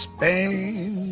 Spain